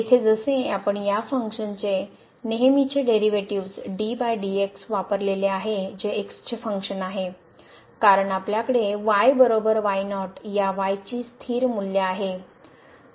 येथे जसे आपण या फंक्शन चे नेहमीचे डेरिव्हेटिव्हज वापरलेले आहे जे चे फंक्शन आहे कारण आपल्याकडे y y0 या y ची स्थिर मूल्य आहे